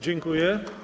Dziękuję.